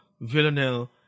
Villanelle